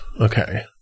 Okay